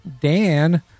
Dan